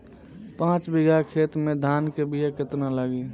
पाँच बिगहा खेत में धान के बिया केतना लागी?